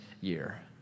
year